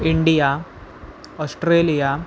India Australia